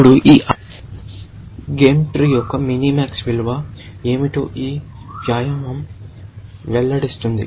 ఇప్పుడు ఈ game tree యొక్క MINIMAX విలువ ఏమిటో ఈ వ్యాయామం వెల్లడిస్తుంది